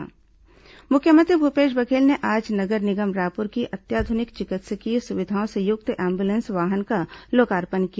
ambulance लोकार्पण मुख्यमंत्री भूपेश बघेल ने आज नगर निगम रायपुर की अत्याधुनिक चिकित्सकीय सुविधाओं से युक्त एंबुलेंस वाहन का लोकार्पण किया